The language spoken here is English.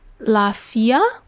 Lafia